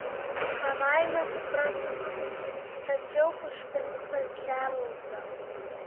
savaime suprantama stačiau už princą čarlzą